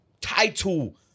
Title